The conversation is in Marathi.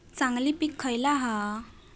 चांगली पीक खयला हा?